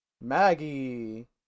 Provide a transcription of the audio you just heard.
maggie